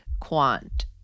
quant